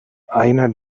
einer